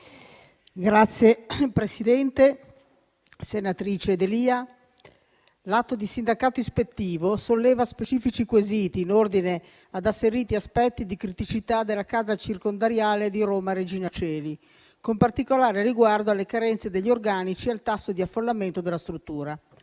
Signor Presidente, senatrice D'Elia, l'atto di sindacato ispettivo solleva specifici quesiti in ordine ad asseriti aspetti di criticità della casa circondariale di Roma Regina Coeli, con particolare riguardo alle carenze degli organici e al tasso di affollamento della struttura.